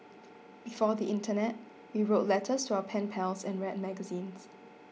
before the internet we wrote letters to our pen pals and read magazines